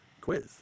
quiz